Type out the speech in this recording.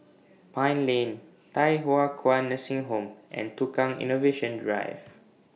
Pine Lane Thye Hua Kwan Nursing Home and Tukang Innovation Drive